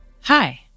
Hi